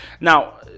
Now